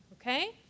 okay